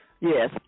yes